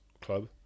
club